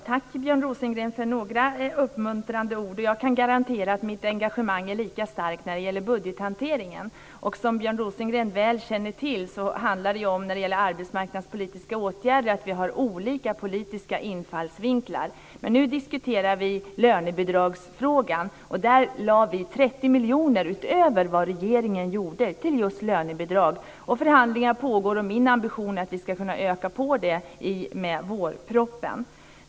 Herr talman! Tack för några uppmuntrande ord, Björn Rosengren. Jag kan garantera att mitt engagemang är lika starkt när det gäller budgethanteringen. Som Björn Rosengren väl känner till har vi olika politiska infallsvinklar när det gäller arbetsmarknadspolitiska åtgärder. Nu diskuterar vi lönebidragsfrågan. Där föreslog vi kristdemokrater 30 miljoner utöver vad regeringen gjorde till just lönebidrag. Förhandlingar pågår. Min ambition är att vi ska kunna öka på anslaget i vårpropositionen.